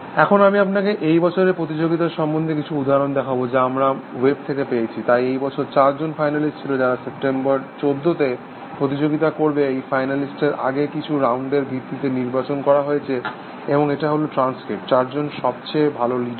এখন আমি আপনাকে এই বছরের প্রতিযোগীতার সম্বন্ধে কিছু উদহরণ দেখাব যা আমরা ওয়েব থেকে পেয়েছি তাই এই বছর চার জন ফাইনালিস্ট ছিল যারা সেপ্টেম্বর 14 তে প্রতিযোগীতা করবে এই ফাইনালিস্টদের আগের কিছু রাউন্ডের ভিত্তিতে নির্বাচন করা হয়েছে এবং এটা হল ট্রান্সক্রিপ্ট চারজন সবচেয়ে ভালো লিডার